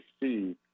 see